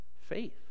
faith